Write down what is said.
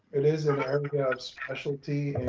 it is an area of specialty and